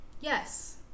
Yes